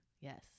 Yes